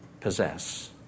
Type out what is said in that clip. possess